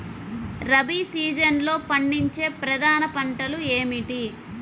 రబీ సీజన్లో పండించే ప్రధాన పంటలు ఏమిటీ?